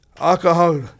Alcohol